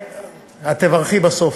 את תברכי בסוף.